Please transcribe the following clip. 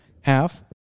half